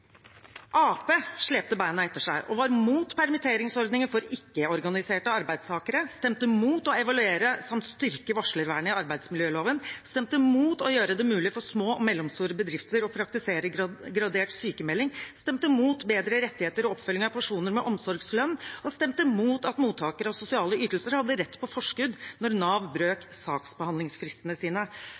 slepte beina etter seg og var mot permitteringsordninger for ikke-organiserte arbeidstakere, stemte mot å evaluere samt styrke varslervernet i arbeidsmiljøloven, stemte mot å gjøre det mulig for små og mellomstore bedrifter å praktisere gradert sykemelding, stemte mot bedre rettigheter og oppfølging av personer med omsorgslønn og stemte mot at mottakere av sosiale ytelser hadde rett på forskudd når Nav brøt saksbehandlingsfristene sine.